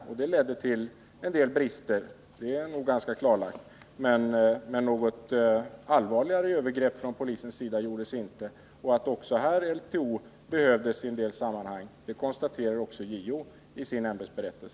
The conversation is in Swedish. Att detta ledde till en del brister är nog ganska klarlagt, men något övergrepp från polisens sida gjordes inte i Ålidhem. JO konstaterar i sin ämbetsberättelse också att här behövdes LTO i en del sammanhang.